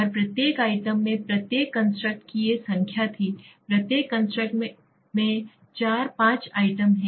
और प्रत्येक आइटम में प्रत्येक कंस्ट्रक्ट की ये संख्या थी प्रत्येक कंस्ट्रक्ट में 4 5 4 4 5 आइटम हैं